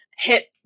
hit